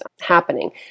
happening